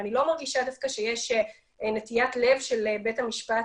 אני לא מרגישה דווקא שיש נטיית לב של בית המשפט